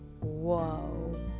Whoa